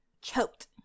choked